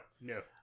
no